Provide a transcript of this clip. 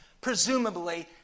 Presumably